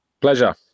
Pleasure